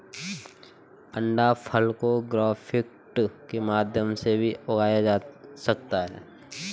अंडाफल को ग्राफ्टिंग के माध्यम से भी उगाया जा सकता है